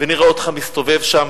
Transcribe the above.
ונראה אותך מסתובב שם,